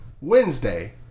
Wednesday